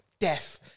Death